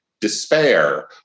despair